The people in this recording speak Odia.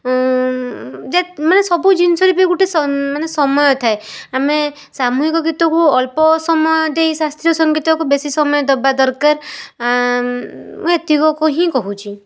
ମାନେ ସବୁ ଜିନିଷରେ ବି ଗୋଟେ ମାନେ ସମୟ ଥାଏ ମାନେ ଆମେ ସାମୂହିକ ଗୀତକୁ ଅଳ୍ପ ସମୟ ଦେଇ ଶାସ୍ତ୍ରୀୟ ସଙ୍ଗୀତକୁ ବେଶୀ ସମୟ ଦେବା ଦରକାର ମୁଁ ଏତିକିକୁ ହିଁ କହୁଛି